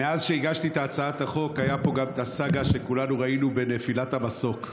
מאז שהגשתי את הצעת החוק הייתה פה גם הסאגה שכולנו ראינו בנפילת המסוק.